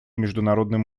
международным